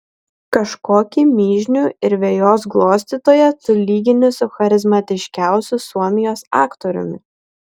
kažkokį mižnių ir vejos glostytoją tu lygini su charizmatiškiausiu suomijos aktoriumi